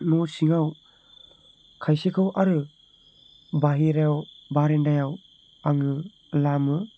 न' सिङाव खायसेखौ आरो बाहेरायाव बारान्दायाव आङो लामो